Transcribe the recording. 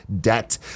debt